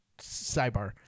sidebar